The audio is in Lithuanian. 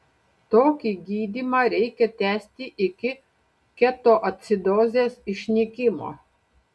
tokį gydymą reikia tęsti iki ketoacidozės išnykimo